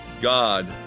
God